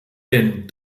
denn